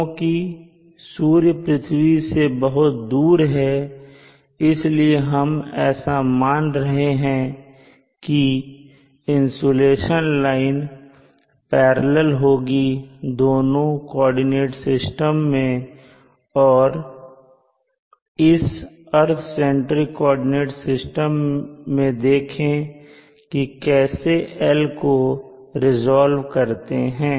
क्योंकि सूर्य पृथ्वी से बहुत दूर है इसलिए हम ऐसा मान रहे हैं कि इंसुलेशन लाइन पैरलल होगी दोनों कोऑर्डिनेट सिस्टम में और इस अर्थ सेंट्रिक कोऑर्डिनेट सिस्टम में देखें कि कैसे L को रीज़ाल्व्ड करते हैं